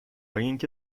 اینکه